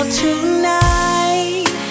tonight